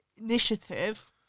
initiative